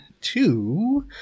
two